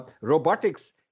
robotics